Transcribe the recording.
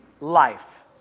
life